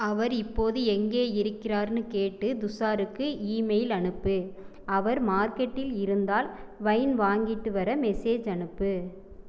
அவர் இப்போது எங்கே இருக்கிறார்ன்னு கேட்டு துஷாருக்கு இமெயில் அனுப்பு அவர் மார்க்கெட்டில் இருந்தால் வைன் வாங்கிட்டு வர மெசேஜ் அனுப்பு